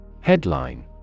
Headline